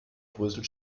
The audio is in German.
bröselt